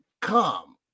come